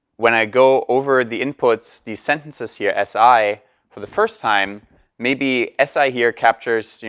when i go over the inputs the sentences here, s i for the first time maybe s i here captures.